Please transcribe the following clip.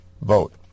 vote